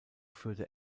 führte